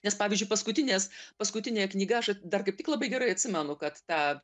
nes pavyzdžiui paskutinės paskutinė knyga aš dar kaip tik labai gerai atsimenu kad tą